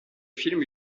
film